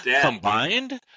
combined